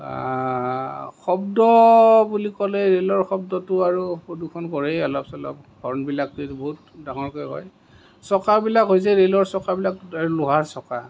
শব্দ বুলি ক'লে ৰেলৰ শব্দটো আৰু প্ৰদূষণ কৰেই অলপ চলপ হৰ্ণবিলাক বহুত ডাঙৰকে হয় চকাবিলাক হৈছে ৰেলৰ চকাবিলাক লোহাৰ চকা